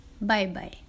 Bye-bye